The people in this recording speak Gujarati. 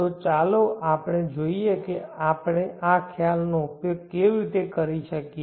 તો ચાલો જોઈએ કે આપણે આ ખ્યાલ નો ઉપયોગ કેવી રીતે કરી શકીએ